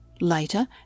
Later